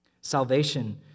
Salvation